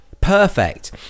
Perfect